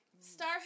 Star